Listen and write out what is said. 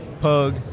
pug